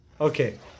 okay